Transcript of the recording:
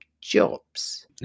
jobs